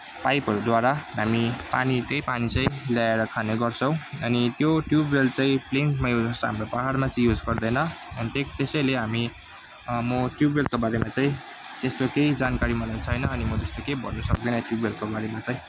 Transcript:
पाइपहरूद्वारा हामी पानी त्यही पानी चाहिँ ल्याएर खाने गर्छौँ अनि त्यो ट्युबवेल चाहिँ प्लेन्समा चाहिँ युज हुन्छ हाम्रो पाहाडमा चाहिँ युज गर्दैन अनि त्यसैले हामी म ट्युबवेलको बारेमा चाहिँ यस्तो केही जानकारी मलाई छैन अनि म त्यस्तो केही भन्नु सक्दैन ट्युबवेलको बारेमा चाहिँ